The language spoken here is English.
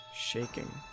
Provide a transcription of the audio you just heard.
shaking